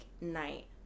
night